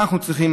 מה אנחנו צריכים,